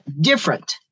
different